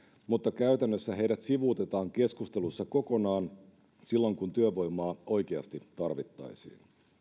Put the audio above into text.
mutta käytännössä heidät sivuutetaan keskustelussa kokonaan silloin kun työvoimaa oikeasti tarvittaisiin